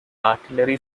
artillery